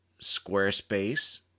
Squarespace